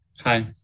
Hi